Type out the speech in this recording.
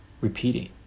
repeating